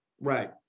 Right